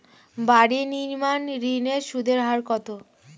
বাড়ি নির্মাণ ঋণের সুদের হার কত?